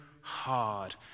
hard